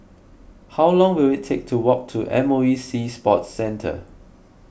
how long will it take to walk to M O E Sea Sports Centre